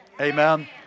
Amen